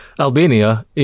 Albania